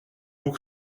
vous